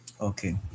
Okay